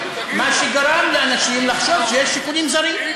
מה שגרם לאנשים לחשוב שיש שיקולים זרים,